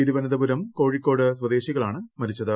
തിരുവനന്തപുരം കോഴിക്കോട് സ്വദേശികളാണ് മരിച്ചത്